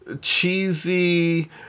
cheesy